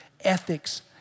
ethics